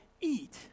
eat